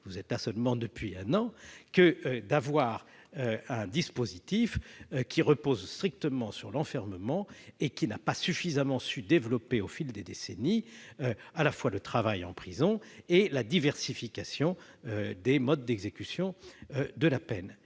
vous êtes là seulement depuis un an -, c'est de reposer strictement sur l'enfermement, sans que l'on ait su développer au fil des décennies à la fois le travail en prison et la diversification des modes d'exécution de la peine.